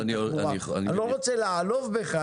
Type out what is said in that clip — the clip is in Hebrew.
אני לא רוצה לעלוב בך,